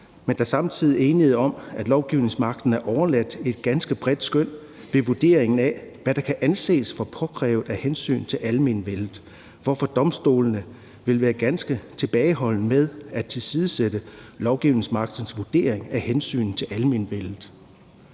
hvor der samtidig er enighed om, at lovgivningsmagten er overladt et ganske bredt skøn ved vurderingen af, hvad der kan anses for påkrævet af hensyn til almenvellet, hvorfor domstolene vil være ganske tilbageholdende med at tilsidesætte lovgivningsmagtens vurdering af hensynet til almenvellet.